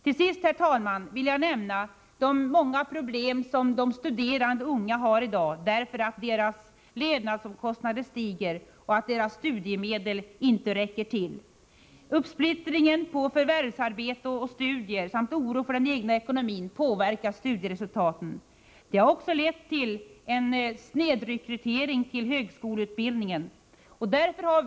Till sist, herr talman, vill jag här nämna de många problem som de studerande ungdomarna har i dag därför att deras levnadsomkostnader stiger och deras studiemedel inte räcker till. Uppsplittringen på förvärvsarbete och studier samt oron för den egna ekonomin påverkar studieresultaten. Detta har också lett till en snedrekrytering till högskoleutbildningen.